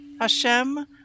Hashem